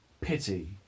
pity